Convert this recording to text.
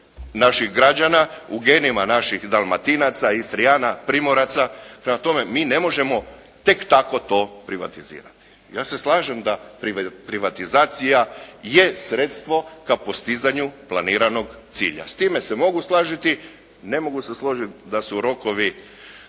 naših građana, u genima naših Dalmatinaca, Istrijana, Primoraca. Prema tome mi ne možemo tek tako to privatizirati. Ja se slažem da privatizacija je sredstvo ka postizanju planiranog cilja. S time se mogu složiti, ne mogu se složiti da su rokovi